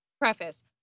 preface